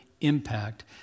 impact